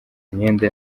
imyenda